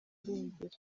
irengero